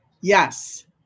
Yes